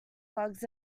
slugs